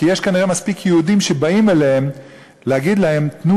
כי יש כנראה מספיק יהודים שבאים אליהם להגיד להם: תנו